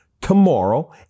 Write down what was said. tomorrow